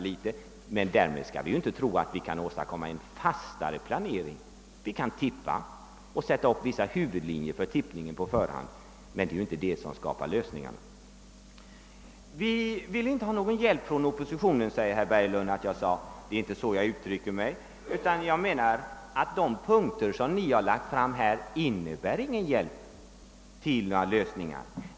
Vi skall emellertid inte tro att vi därmed kan åstadkomma en fastare planering. Vi kan tippa och dra upp vissa huvudlinjer på förhand, men det är ju inte det som skapar lösningarna. Vi vill inte ha någon hjälp från oppositionen, hävdar herr Berglund att jag sagt. Men det är inte så jag uttrycker mig, utan jag menar att de punkter ni redovisat inte innebär någon hjälp till lösning.